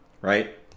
right